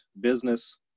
business